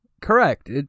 Correct